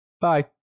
bye